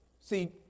See